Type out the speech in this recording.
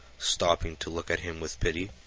stopping to look at him with pity.